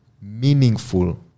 meaningful